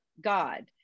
God